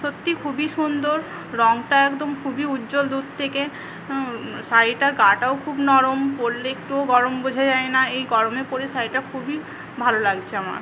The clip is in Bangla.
সত্যি খুবই সুন্দর রঙটা একদম খুবই উজ্জ্বল দূর থেকে শাড়িটার গাটাও খুব নরম পড়লে একটুও গরম বোঝা যায়না এই গরমে পরে শাড়িটা খুবই ভালো লাগছে আমার